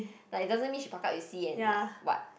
like it doesn't mean she pakat with C and like what